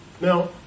Now